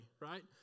right